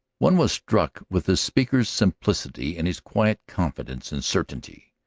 one was struck with the speaker's simplicity and his quiet confidence and certainty.